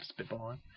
spitballing